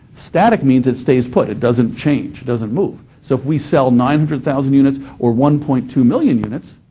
static means it stays put, it doesn't change, doesn't move. so if we sell nine hundred thousand units or one point two million units,